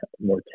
more